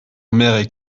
mer